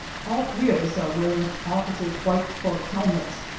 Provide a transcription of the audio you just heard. all three of us are wearing officers' white cork helmets,